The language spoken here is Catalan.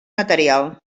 material